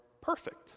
perfect